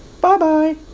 Bye-bye